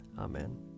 Amen